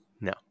No